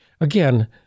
Again